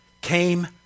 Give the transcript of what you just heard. came